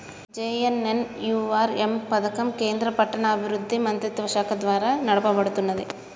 JNNURM పథకం కేంద్ర పట్టణాభివృద్ధి మంత్రిత్వశాఖ ద్వారా నడపబడుతున్నది